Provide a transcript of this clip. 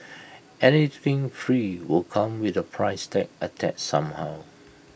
anything free will come with A price tag attached somehow